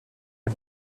est